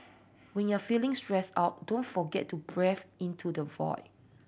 when you are feeling stressed out don't forget to breathe into the void